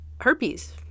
herpes